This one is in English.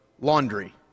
laundry